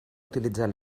utilitzar